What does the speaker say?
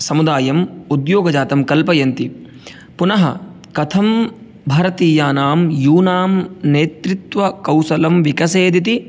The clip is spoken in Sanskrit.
समुदायम् उद्योगजातं कल्पयन्ति पुनः कथं भारतीयानां यूनां नेतृत्वकौशलं विकसेत् इति